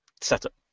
setup